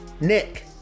Nick